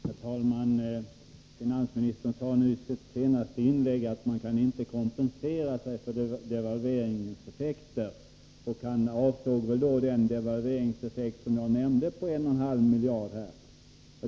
Herr talman! Finansministern sade i sitt senaste inlägg att man inte kan kompensera sig för devalveringens effekter. Han avsåg väl då den devalveringseffekt som jag nämnde på en och en halv miljard.